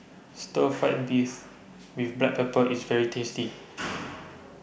Stir Fried Beef with Black Pepper IS very tasty